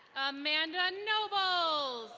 amanda noble.